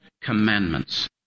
commandments